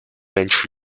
mensch